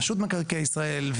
רשות מקעקעי ישראל,